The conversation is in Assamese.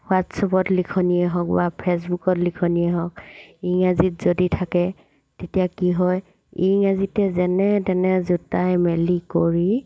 হোৱাটছএপত লিখনিয়েই হওক বা ফে'চবুকত লিখনিয়েই হওক ইংৰাজীত যদি থাকে তেতিয়া কি হয় ইংৰাজীতে যেনে তেনে জোতাই মেলি কৰি